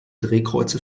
drehkreuze